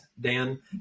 Dan